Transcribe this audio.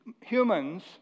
humans